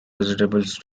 vegetables